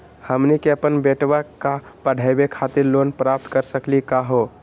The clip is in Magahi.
हमनी के अपन बेटवा क पढावे खातिर लोन प्राप्त कर सकली का हो?